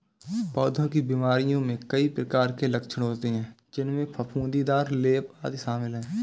पौधों की बीमारियों में कई प्रकार के लक्षण होते हैं, जिनमें फफूंदीदार लेप, आदि शामिल हैं